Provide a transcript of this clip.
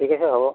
ঠিক আছে হ'ব